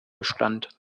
bestand